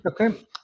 Okay